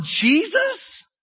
Jesus